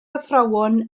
athrawon